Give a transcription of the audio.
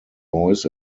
boys